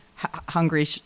Hungry